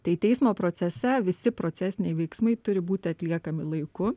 tai teismo procese visi procesiniai veiksmai turi būti atliekami laiku